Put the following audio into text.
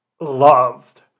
loved